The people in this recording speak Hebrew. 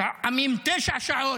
לפעמים תשע שעות.